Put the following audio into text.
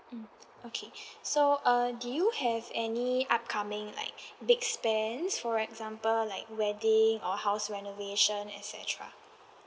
mm okay so uh do you have any upcoming like big spends for example like wedding or house renovation et cetera